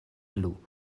plu